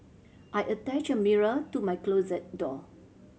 I attached a mirror to my closet door